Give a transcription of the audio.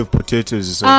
potatoes